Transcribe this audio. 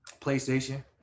PlayStation